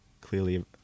clearly